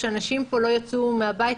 שאנשים פה לא יצאו מהבית.